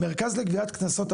המרכז לגביית קנסות,